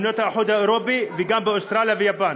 במדינות האיחוד האירופי וגם באוסטרליה וביפן.